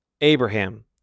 Abraham